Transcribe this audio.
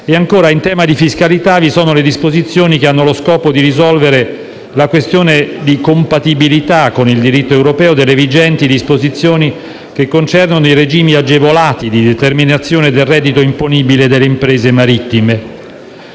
e, ancora in tema di fiscalità, vi sono le disposizioni che hanno lo scopo di risolvere la questione di compatibilità con il diritto europeo delle vigenti disposizioni che concernono i regimi agevolati di determinazione del reddito imponibile delle imprese marittime.